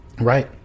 right